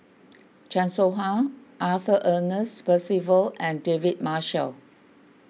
Chan Soh Ha Arthur Ernest Percival and David Marshall